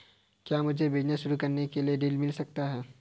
क्या मुझे बिजनेस शुरू करने के लिए ऋण मिल सकता है?